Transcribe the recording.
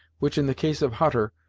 which, in the case of hutter,